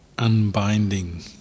Unbinding